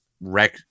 wreck